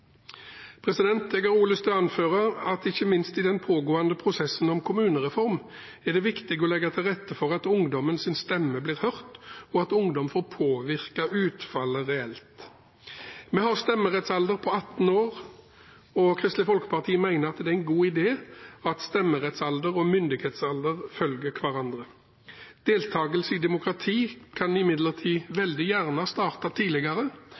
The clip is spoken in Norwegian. Jeg har også lyst til å anføre at ikke minst i den pågående prosessen om kommunereform, er det viktig å legge til rette for at ungdommens stemme blir hørt, og at ungdom får påvirke utfallet reelt. Vi har stemmerettsalder på 18 år, og Kristelig Folkeparti mener at det er en god idé at stemmerettsalder og myndighetsalder følger hverandre. Deltakelse i demokrati kan imidlertid veldig gjerne starte tidligere.